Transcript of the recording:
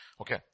Okay